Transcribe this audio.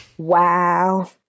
wow